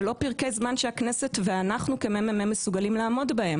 זה לא פרקי זמן שהכנסת והמ.מ.מ מסוגלים לעמוד בהם.